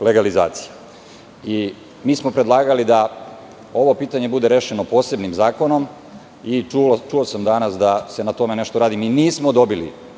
legalizacija. Mi smo predlagali da ovo pitanje bude rešeno posebnim zakonom i čuo sam danas da se na tome nešto radi. Mi nismo dobili